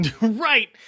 Right